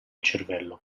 cervello